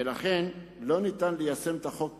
ולכן לא ניתן ליישם את החוק כעת,